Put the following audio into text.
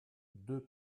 deux